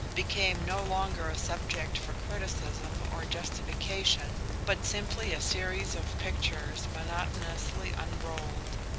became no longer a subject for criticism or justification but simply a series of pictures monotonously unrolled.